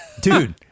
Dude